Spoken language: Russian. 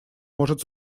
может